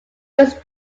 was